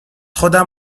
خودم